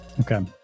Okay